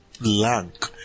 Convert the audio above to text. blank